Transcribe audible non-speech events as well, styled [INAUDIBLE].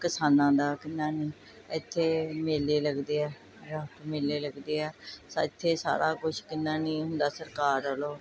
ਕਿਸਾਨਾਂ ਦਾ ਕਿੰਨਾ ਨਹੀਂ ਇੱਥੇ ਮੇਲੇ ਲੱਗਦੇ ਆ [UNINTELLIGIBLE] ਮੇਲੇ ਲੱਗਦੇ ਆ ਇੱਥੇ ਸਾਰਾ ਕੁਛ ਕਿੰਨਾ ਨਹੀਂ ਹੁੰਦਾ ਸਰਕਾਰ ਵੱਲੋਂ